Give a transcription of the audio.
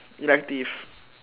elective